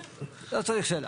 לא צריך שאלה.